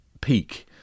peak